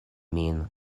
min